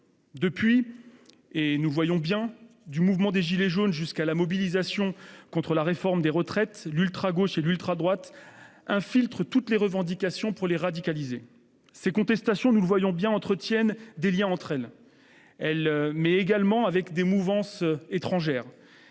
Depuis, nous le voyons bien, du mouvement des « gilets jaunes » jusqu'à la mobilisation contre la réforme des retraites, l'ultragauche et l'ultradroite infiltrent toutes les revendications pour les radicaliser. Nous pouvons observer que ces contestations entretiennent des liens entre elles, mais également avec des mouvances étrangères.